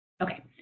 Okay